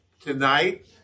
tonight